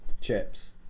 chips